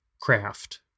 craft